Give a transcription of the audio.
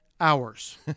hours